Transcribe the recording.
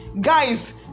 guys